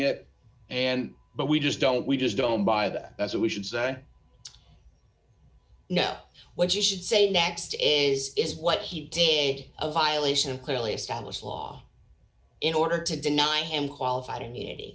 it and but we just don't we just don't buy that that's what we should say you know what you should say next is is what he did a violation of clearly established law in order to deny him qualified immunity